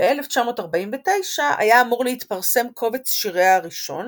ב-1949 היה אמור להתפרסם קובץ שיריה הראשון,